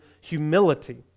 humility